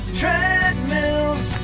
treadmills